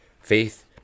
faith